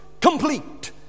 complete